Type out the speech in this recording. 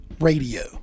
Radio